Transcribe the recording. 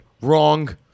wrong